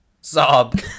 Sob